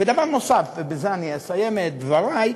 ודבר נוסף, ובזה אני אסיים את דברי: